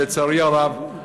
לצערי הרב,